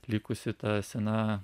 likusi ta sena